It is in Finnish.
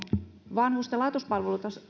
vanhusten laitospalveluissa